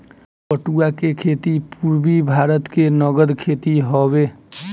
पटुआ के खेती पूरबी भारत के नगद खेती हवे